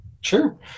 Sure